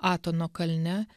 atono kalne